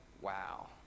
Wow